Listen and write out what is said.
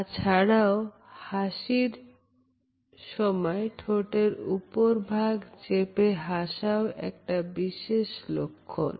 তাছাড়াও হাসার সময় ঠোটের উপর ভাগ চেপে হাসাও একটি বিশেষ লক্ষণ